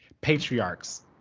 patriarchs